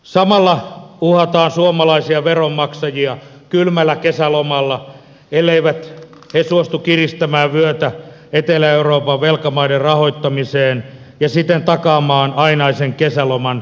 samalla uhataan suomalaisia veronmaksajia kylmällä kesälomalla elleivät he suostu kiristämään vyötä etelä euroopan velkamaiden rahoittamiseksi ja siten takaamaan ainaisen kesäloman jatkumisen siellä